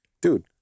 dude